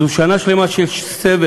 זו שנה שלמה של סבל,